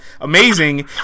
amazing